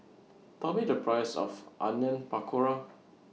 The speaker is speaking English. Tell Me The Price of Onion Pakora